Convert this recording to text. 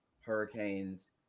hurricanes